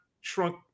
shrunk